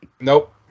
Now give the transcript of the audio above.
Nope